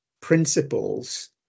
principles